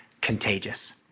contagious